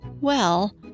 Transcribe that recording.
Well